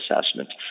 assessment